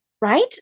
right